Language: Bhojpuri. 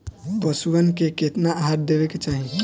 पशुअन के केतना आहार देवे के चाही?